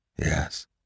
yes